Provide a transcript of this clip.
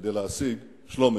כדי להשיג שלום-אמת.